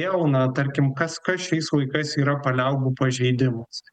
jau na tarkim kas kas šiais laikais yra paliaubų pažeidimas